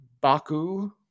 baku